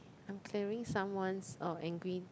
I'm clearing someone's uh angry